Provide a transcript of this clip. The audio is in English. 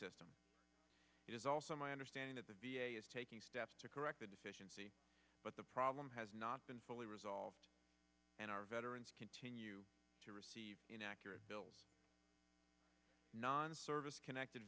system is also my understanding that the is taking steps to correct the deficiency but the problem has not been fully resolved and our veterans continue to receive inaccurate bills non service connected